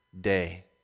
day